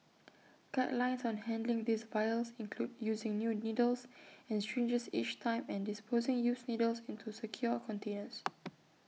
guidelines on handling these vials include using new needles and syringes each time and disposing used needles into secure containers